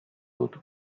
dut